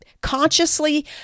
consciously